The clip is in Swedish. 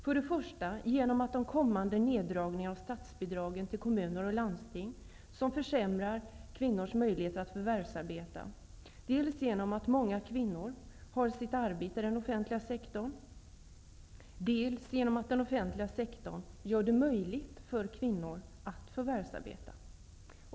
För det första försämrar de kommande neddragningarna av statsbidragen till kommuner och landsting kvinnors möjligheter att förvärvsarbeta, dels genom att många kvinnor har sitt arbete i den offentliga sektorn, dels genom att den offentliga sektorn gär det möjligt för kvinnorna att förvärvsarbeta.